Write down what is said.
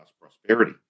prosperity